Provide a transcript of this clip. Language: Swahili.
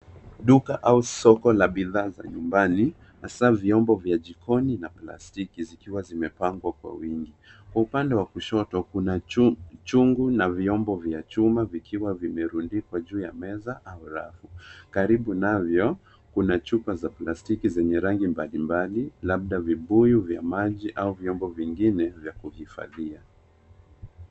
Duka au soko la bidhaa za nyumbani, hasa vyombo vya jikoni na plastiki zikiwa zimepangwa kwa wingi. Kwa upande wa kushoto, kuna chungu na vyombo vya chuma vikiwa vimerundikwa juu ya meza au rafu. Karibu navyo kuna chupa za plastiki zenye rangi mbalimbali labda vibuyu vya maji au vyombo vingine vya kuhifadhia.